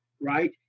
right